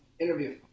interview